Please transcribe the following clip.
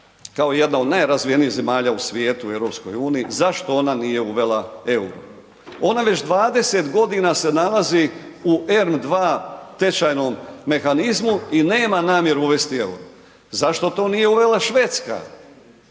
kao jedna od najrazvijenijih zemalja u svijetu, u EU-u, zašto ona nije uvela euro? Ona već 20 g. se nalazi u ERM 2 tečajnom mehanizmu i nema namjeru uvesti euro. Zašto to nije uvela Švedska?